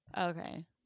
okay